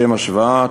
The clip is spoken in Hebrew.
לשם השוואה,